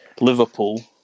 Liverpool